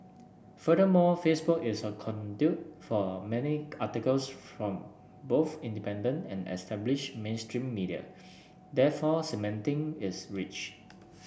furthermore Facebook is a conduit for many articles from both independent and established mainstream media therefore cementing is reach